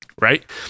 right